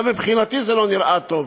גם מבחינתי זה לא נראה טוב,